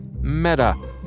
Meta